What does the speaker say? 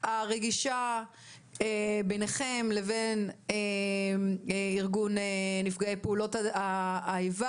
הרגישה ביניכם לבין ארגון נפגעי פעולות האיבה,